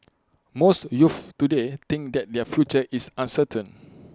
most youths today think that their future is uncertain